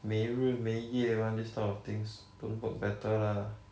没日没夜 one this type of things don't work better lah